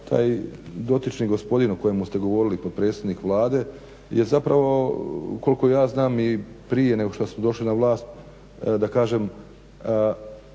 taj dotični gospodin o kojemu ste govorili potpredsjednik Vlade je zapravo koliko ja znam i prije nego što su došli na vlast da kažem